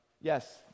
Yes